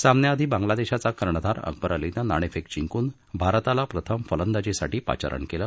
सामन्याआधी बांगलादेशाचा कर्णधार अकबर अलीनं नाणेफेक जिंकून भारताला प्रथम फंलदाजीसाठी पाचारण केलं